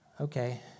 okay